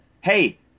Hey